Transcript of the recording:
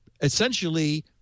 essentially